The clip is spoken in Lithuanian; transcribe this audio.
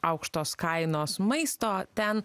aukštos kainos maisto ten